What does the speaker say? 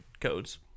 codes